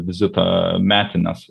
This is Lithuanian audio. vizito metinės